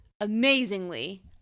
amazingly